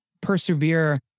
persevere